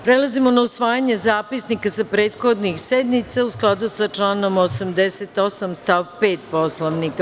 Prelazimo na usvajanje zapisnika sa prethodnih sednica, u skladu sa članom 88. stav 5. Poslovnika.